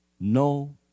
no